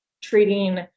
treating